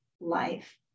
life